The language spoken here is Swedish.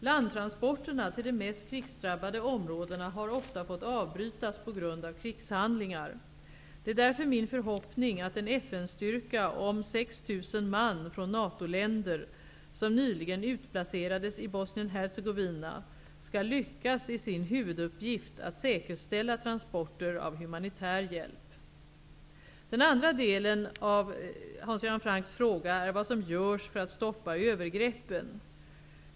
Landtransporterna till de mest krigsdrabbade områdena har ofta fått avbrytas på grund av krigshandlingar. Det är därför min förhoppning att den FN-styrka om 6 000 man från NATO-länder som nyligen utplacerades i Bosnien-Hercegovina skall lyckas i sin huvuduppgift att säkerställa transporter av humanitär hjälp. Den andra delen av Hans Göran Francks fråga är vad som görs för att stoppa övergreppen.